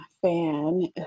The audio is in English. fan